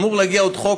אמור להגיע עוד חוק,